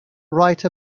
write